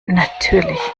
natürlich